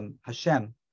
Hashem